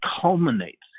culminates